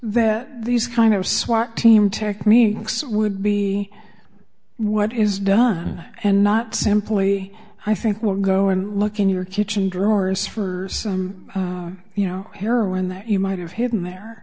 that these kind of swat team techniques would be what is done and not simply i think we'll go and look in your kitchen drawers for some you know heroin that you might have hidden there